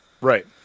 Right